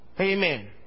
Amen